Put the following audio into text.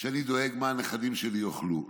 שאני דואג לה, מה הנכדים שלי יאכלו.